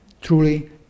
truly